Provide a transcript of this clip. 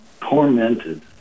tormented